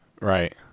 Right